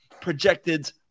projected